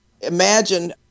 imagine